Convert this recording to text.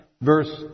verse